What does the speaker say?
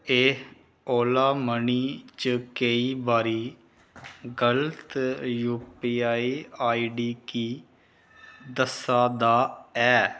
एह् ओला मनी च केईं बारी गलत U P I I D कीऽ दस्सा दा ऐ